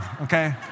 okay